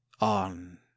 On